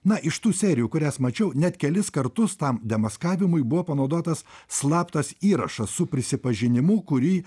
na iš tų serijų kurias mačiau net kelis kartus tam demaskavimui buvo panaudotas slaptas įrašas su prisipažinimu kurį